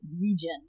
region